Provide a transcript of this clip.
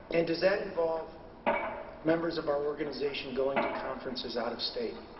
and does that involve members of our organization going to conferences out of state?